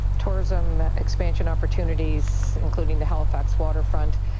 tourism expansion opportunities including the halifax waterfront.